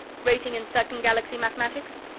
rating in second galaxy mathematics?